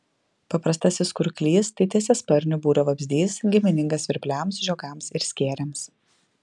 paprastasis kurklys tai tiesiasparnių būrio vabzdys giminingas svirpliams žiogams ir skėriams